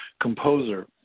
composer